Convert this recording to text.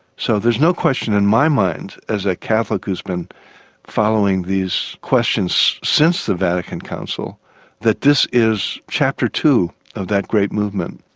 so there's no question in my mind as a catholic who has been following these questions since the vatican council that this is chapter two of that great movement.